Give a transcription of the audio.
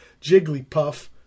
Jigglypuff